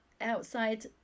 outside